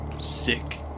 Sick